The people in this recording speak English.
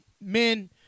men